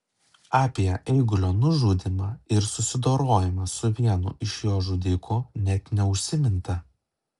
apie eigulio nužudymą ir susidorojimą su vienu iš jo žudikų net neužsiminta